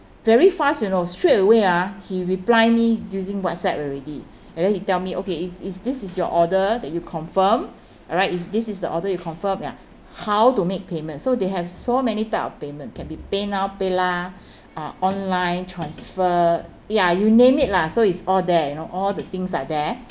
very fast you know straight away ah he reply me using whatsapp already and then he tell me okay is this is your order that you confirm alright if this is the order you confirm ya how to make payment so they have so many type of payment can be paynow paylah uh online transfer ya you name it lah so it's all there you know all the things are there